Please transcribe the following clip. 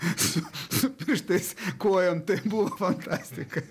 su su pirštais kojom tai buvo fantastika